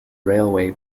railway